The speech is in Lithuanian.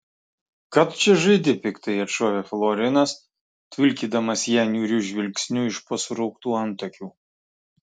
ką tu čia žaidi piktai atšovė florinas tvilkydamas ją niūriu žvilgsniu iš po surauktų antakių